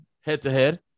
head-to-head